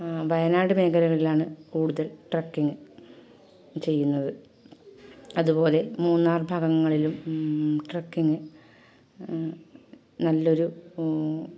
വയനാട് മേഖലകളിലാണ് കൂടുതൽ ട്രക്കിങ് ചെയ്യുന്നത് അതുപോലെ മൂന്നാർ ഭാഗങ്ങളിലും ട്രക്കിങ് നല്ലൊരു